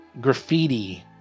graffiti